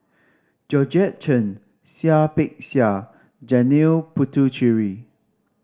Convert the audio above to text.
Georgette Chen Seah Peck Seah Janil Puthucheary